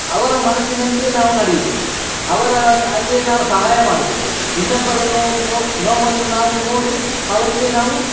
ಅವರ ಮನಸ್ಸಿನಂತೆ ನಾವು ನಡೆಬೇಕು ಅವರ ಹಾಗೆ ಹಾಗೆ ನಾವು ಸಹಾಯ ಮಾಡಬೇಕು ಇನ್ನೊಬ್ಬರನ್ನು ನೋವನ್ನು ನಾವು ನೋಡಿ ಅವರಿಗೆ ನಾವು